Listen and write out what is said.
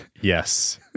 Yes